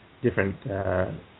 Different